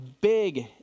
Big